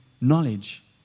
knowledge